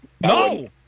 No